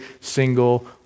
single